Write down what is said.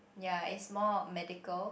ya is more medical